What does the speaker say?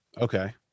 Okay